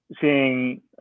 seeing